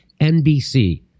NBC